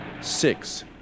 Six